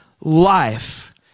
life